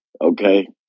Okay